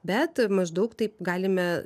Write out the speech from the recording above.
bet maždaug taip galime